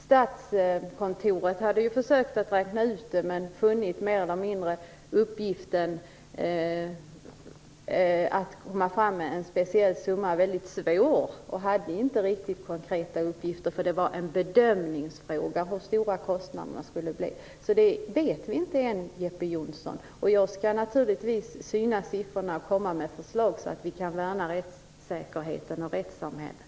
Statskontoret försökte räkna ut det, men funnit uppgiften att komma fram med en speciell summa väldigt svår. Man hade inte riktigt konkreta uppgifter, därför att det var en bedömningsfråga hur stora kostnaderna skulle bli. Vi vet alltså inte detta än, Jeppe Johnsson. Jag skall naturligtvis syna siffrorna och komma med förslag så att vi kan värna rättssäkerheten och rättssamhället.